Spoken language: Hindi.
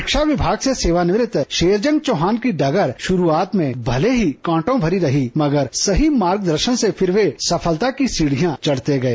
शिक्षा विभाग से सेवानिवृत शेरजंग चौहान की डगर शुरूआत में भले ही कांटों भरी रही मगर सही मार्गदर्शन से फिर वे सफलता की सीढ़ियां चढ़ते गए